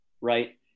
right